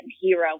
hero